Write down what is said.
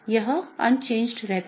तो यह अपरिवर्तित रहता है